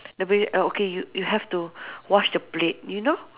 the p~ err okay you you have to wash the plate you know